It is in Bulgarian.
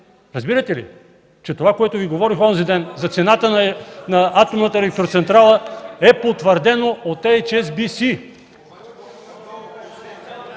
Разбирате ли, че това, което Ви говорих онзи ден за цената на атомната електроцентрала, е потвърдено от „Ейч